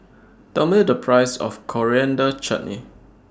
Tell Me The Price of Coriander Chutney